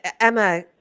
Emma